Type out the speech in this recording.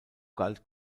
galt